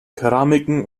keramiken